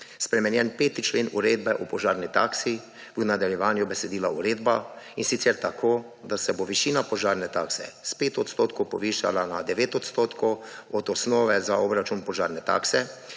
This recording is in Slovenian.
spremenjen 5. člen Uredbe o požarni taksi, v nadaljevanju besedila uredba, in sicer tako, da se bo višina požarne takse s 5 odstotkov povišala na 9 odstotkov od osnove za obračun požarne takse